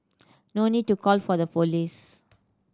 no need to call for the police